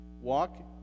walk